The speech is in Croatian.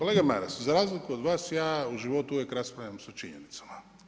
Kolega Maras, za razliku od vas ja u životu uvijek raspravljam sa činjenicama.